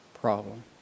problem